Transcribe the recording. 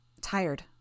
Tired